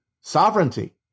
sovereignty